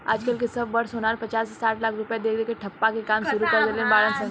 आज कल के सब बड़ सोनार पचास से साठ लाख रुपया दे के ठप्पा के काम सुरू कर देले बाड़ सन